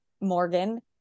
Morgan